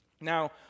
Now